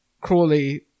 Crawley